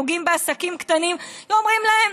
פוגעים בעסקים קטנים ואומרים להם,